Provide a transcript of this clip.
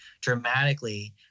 dramatically